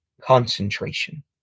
Concentration